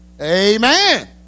amen